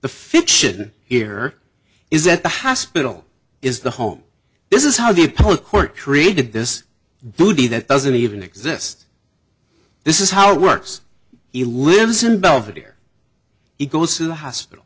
the fiction here is that the hospital is the home this is how the appellate court created this duty that doesn't even exist this is how it works he lives in belvedere he goes to the hospital